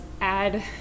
add